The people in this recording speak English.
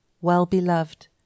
well-beloved